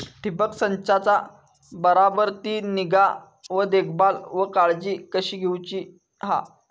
ठिबक संचाचा बराबर ती निगा व देखभाल व काळजी कशी घेऊची हा?